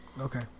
Okay